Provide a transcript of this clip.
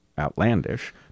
outlandish